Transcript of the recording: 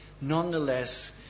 nonetheless